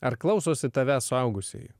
ar klausosi tavęs suaugusieji